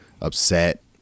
upset